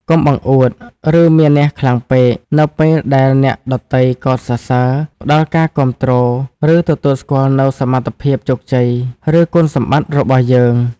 កុំបង្អួត ឬមានៈខ្លាំងពេក នៅពេលដែលអ្នកដទៃកោតសរសើរ ផ្តល់ការគាំទ្រ ឬទទួលស្គាល់នូវសមត្ថភាព ជោគជ័យ ឬគុណសម្បត្តិរបស់យើង។